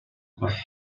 per